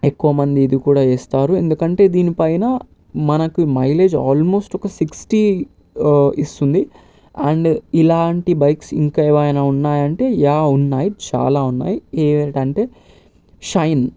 ఎక్కువ మంది ఇది కూడా ఇస్తారు ఎందుకంటే దీనిపైన మనకు మైలేజ్ ఆల్మోస్ట్ ఒక సిక్స్టీ ఇస్తుంది అండ్ ఇలాంటి బైక్స్ ఇంకా ఏమైనా ఉన్నాయంటే యా ఉన్నాయి చాలా ఉన్నాయి ఏ ఏ అంటే షైన్